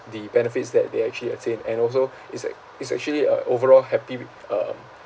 the benefits that they actually attain and also it's like it's actually a overall happy um